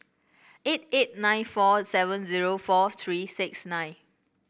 eight eight nine four seven zero four three six nine